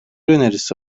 önerisi